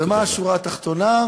ומה השורה התחתונה?